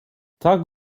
tak